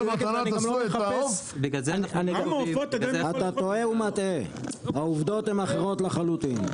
אתה טועה ומטעה, העובדות הן אחרות לחלוטין.